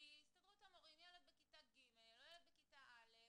כי ילד בכיתה ג' או ילד בכיתה א'